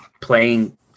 playing